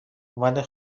اومدیم